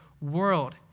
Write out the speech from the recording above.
world